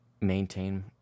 maintain